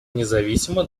независимо